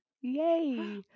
Yay